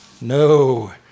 no